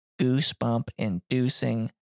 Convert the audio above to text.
goosebump-inducing